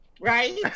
right